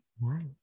Right